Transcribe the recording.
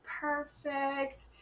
perfect